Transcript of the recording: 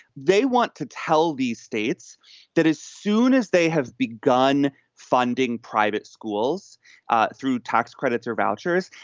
they want to tell these states that as soon as they have begun funding private schools through tax credits or vouchers,